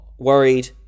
Worried